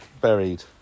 buried